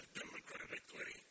democratically